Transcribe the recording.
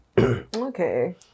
Okay